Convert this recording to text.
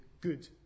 good